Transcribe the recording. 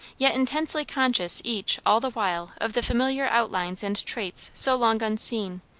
yet intensely conscious each all the while of the familiar outlines and traits so long unseen,